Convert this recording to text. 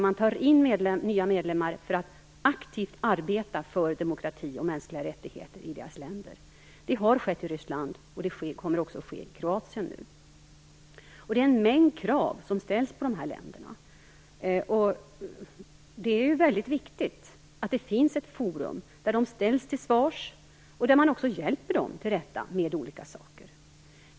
Man tar in nya medlemmar för att aktivt arbeta för demokrati och mänskliga rättigheter i dessa länder. Det har skett i Ryssland, och det kommer också att ske i Kroatien nu. Det är en mängd krav som ställs på dessa länder. Det är mycket viktigt att det finns ett forum där de ställs till svars och där man också hjälper dem till rätta med olika saker.